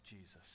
Jesus